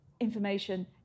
information